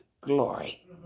glory